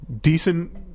Decent